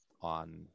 on